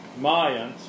Mayans